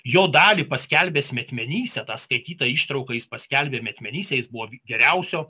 jo dalį paskelbęs metmenyse tą skaitytą ištrauką jis paskelbė metmenyse jis buvo geriausio